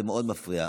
זה מאוד מפריע,